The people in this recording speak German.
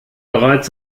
bereits